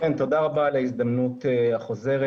תודה רבה על ההזדמנות החוזרת,